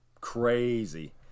crazy